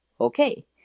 Okay